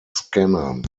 scannern